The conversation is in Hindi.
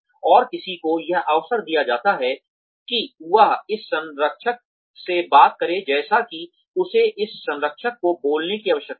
और किसी को यह अवसर दिया जाता है कि वह इस संरक्षक से बात करे जैसा कि उसे इस संरक्षक को बोलने की आवश्यकता है